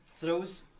throws